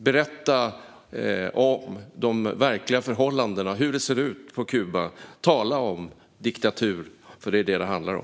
Berätta om de verkliga förhållandena och hur det ser ut på Kuba! Tala om diktatur, för det är vad det handlar om!